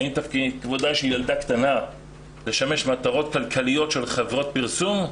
האם כבודה של ילדה קטנה לשמש מטרות כלכליות של חברות פרסום?